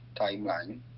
timeline